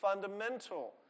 fundamental